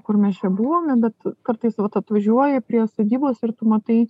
kur mes čia buvome bet kartais vat atvažiuoji prie sodybos ir tu matai